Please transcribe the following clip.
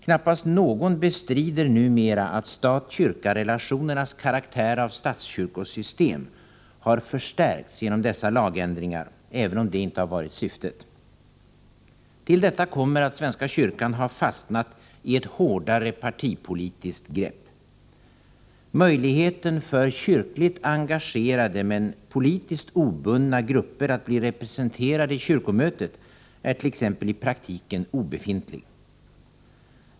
Knappast någon bestrider numera att stat-kyrka-relationernas karaktär av statskyrkosystem har förstärkts genom dessa lagändringar, även om det inte har varit syftet. Till detta kommer att svenska kyrkan har fastnat i ett hårdare partipolitiskt grepp. Möjligheten för kyrkligt engagerade men politiskt obundna grupper att bli representerade i kyrkomötet är t.ex. i praktiken obefintlig.